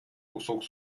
кусок